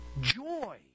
joy